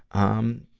um,